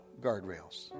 guardrails